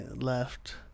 left